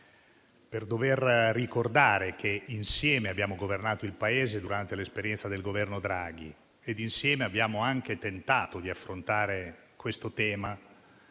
per dover ricordare che insieme abbiamo governato il Paese durante l'esperienza del Governo Draghi e insieme abbiamo anche tentato di affrontare questo tema.